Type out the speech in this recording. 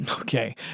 Okay